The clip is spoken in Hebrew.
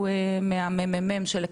הוא מה-מ.מ.מ (מרכז המחקר והמידע) של הכנסת.